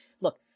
Look